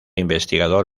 investigador